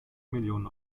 millionen